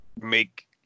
make